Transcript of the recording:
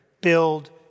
build